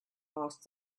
asked